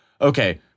okay